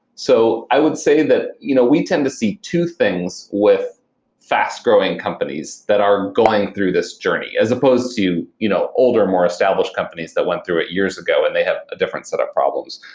so i would say that you know we tend to see two things with fast-growing companies that are going through this journey as supposed to you know older, more established companies that went through it years ago and they have a different set of problems.